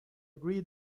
agree